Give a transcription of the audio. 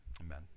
Amen